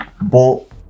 bolt